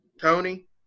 Tony